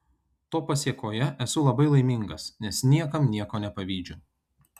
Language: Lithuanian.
to pasėkoje esu labai laimingas nes niekam nieko nepavydžiu